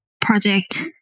project